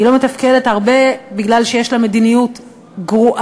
היא לא מתפקדת הרבה בגלל שיש לה מדיניות גרועה,